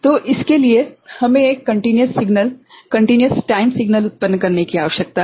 तो इसके लिए हमें एक continuous signal continuous time signal उत्पन्न करने की आवश्यकता है